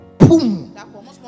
boom